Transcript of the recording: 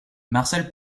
marcel